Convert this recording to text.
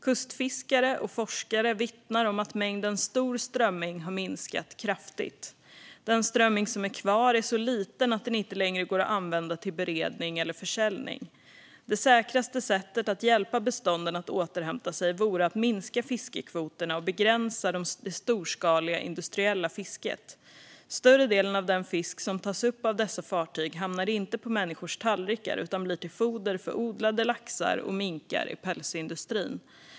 Kustfiskare och forskare vittnar om att mängden stor strömming har minskat kraftigt. Den strömming som är kvar är så liten att den inte längre går att använda till beredning eller försäljning. Det säkraste sättet att hjälpa bestånden att återhämta sig vore att minska fiskekvoterna och begränsa det storskaliga industriella fisket. Större delen av den fisk som tas upp av dessa fartyg hamnar inte på människors tallrikar utan blir till foder för odlade laxar och för minkar i pälsindustrin.